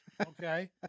okay